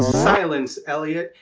silence, elliott!